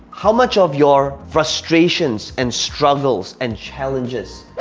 how much of your frustrations and struggles and challenges,